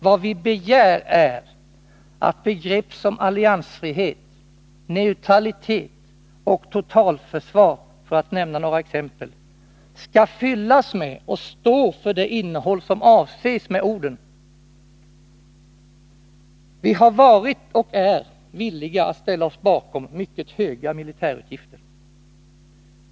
Vad vi begär är att begrepp som alliansfrihet, neutralitet och totalförsvar — för att nämna några exempel — skall fyllas med det innehåll som avses med orden. Vi har varit och är villiga att ställa oss bakom mycket höga militärutgifter.